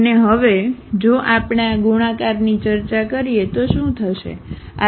અને હવે જો આપણે આ ગુણાકારની ચર્ચા કરીએ તો શું થશે